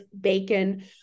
bacon